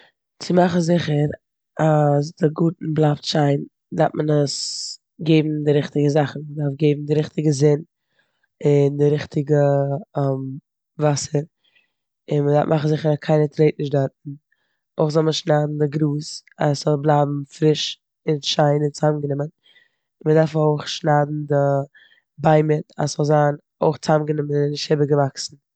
צו מאכן זיכער אז די גארטן בלייבט שיין דארף מען עס געבן די ריכטיגע זאכן. מ'דארף געבן די ריכטיגע זון און די ריכטיגע וואסער און מ'דארף מאכן זיכער אז קיינער טרעט נישט דארטן. אויך זאל מען שניידו די גראז אז ס'זאל בלייבן פריש און שיין און צאמגענומען און מ'דארף אויך שניידן די ביימער אז ס'זאל זיין אויך צאמגענומען און נישט איבערגעוואקסן.